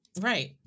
Right